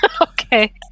Okay